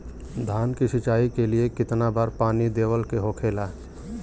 धान की सिंचाई के लिए कितना बार पानी देवल के होखेला?